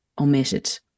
omitted